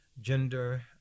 gender